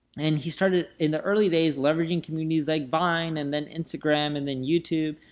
and he started in the early days, leveraging communities like vine, and then instagram, and then youtube.